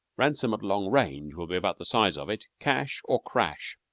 ransom at long range will be about the size of it cash or crash.